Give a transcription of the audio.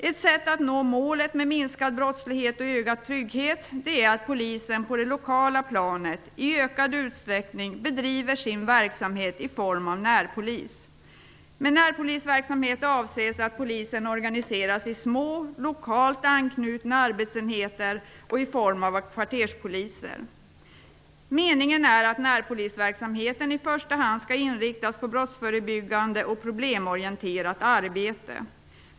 Ett sätt att nå målet minskad brottslighet och ökad trygghet är att polisen på det lokala planet i ökad utsträckning bedriver sin verksamhet i form av närpolis. Med närpolisverksamhet avses att polisen organiseras i små lokalt anknutna arbetsenheter och i form av kvarterspoliser. Meningen är att närpolisverksamheten i första hand skall inriktas på brottsförebyggande och problemorienterat arbete.